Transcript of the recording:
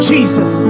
Jesus